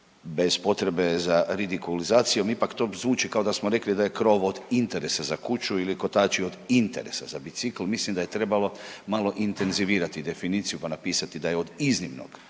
Bez potrebe za ridikulizacijom ipak to zvuči kao da je krov od interesa za kuću ili kotači od interesa za bicikl, mislim da je trebalo malo intenzivirati definiciju pa napisati da je od iznimnog